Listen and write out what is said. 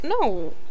No